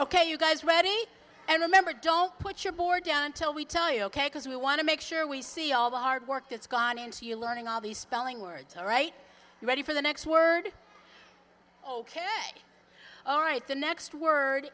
ok you guys ready and remember don't put your board down until we tell you ok because we want to make sure we see all the hard work that's gone into you learning all these spelling words all right you ready for the next word ok all right the next word